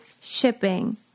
shipping